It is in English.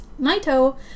Naito